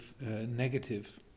negative